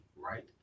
right